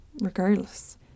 regardless